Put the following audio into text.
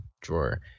Drawer